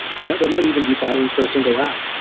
you know there might even be thousands for a single app.